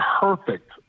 perfect